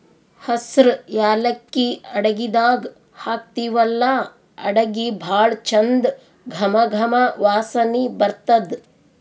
ಹಸ್ರ್ ಯಾಲಕ್ಕಿ ಅಡಗಿದಾಗ್ ಹಾಕ್ತಿವಲ್ಲಾ ಅಡಗಿ ಭಾಳ್ ಚಂದ್ ಘಮ ಘಮ ವಾಸನಿ ಬರ್ತದ್